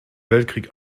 weltkrieg